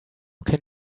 can